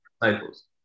disciples